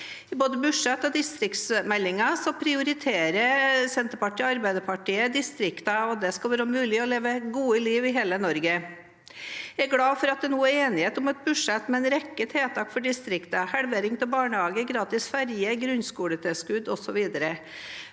I både budsjettet og distriktsmeldingen prioriterer Senterpartiet og Arbeiderpartiet distriktene og at det skal være mulig å leve et godt liv i hele Norge. Jeg er glad for at det nå er enighet om et budsjett med en rekke tiltak for distriktene: halvering av barnehageprisene, gratis ferje, grunnskoletilskudd osv.